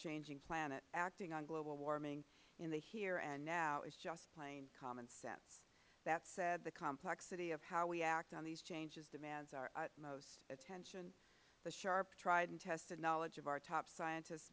changing planet acting on global warming in the here and now is just plain common sense that said the complexity of how we act on these changes demands our utmost attention the sharp tried and tested knowledge of our top scientists